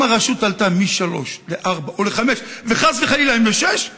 אם הרשות עלתה מ-3 ל-4 או ל-5, וחס וחלילה ל-6,